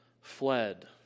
fled